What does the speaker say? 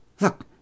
Look